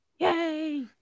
Yay